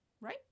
right